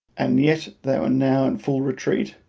and yet they were now in full retreat,